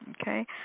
Okay